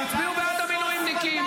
תצביעו בעד המילואימניקים,